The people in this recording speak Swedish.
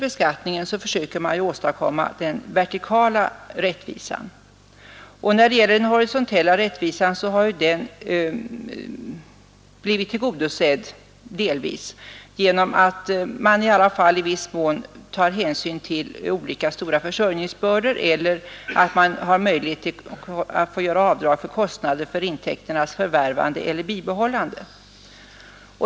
Den horisontella rättvisan har delvis blivit tillgodosedd genom att man i viss mån tar hänsyn till olika stora försörjningsbördor eller genom att man har möjlighet att få göra avdrag för kostnaderna för intäkternas förvärvande eller bibehållande.